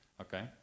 Okay